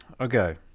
Okay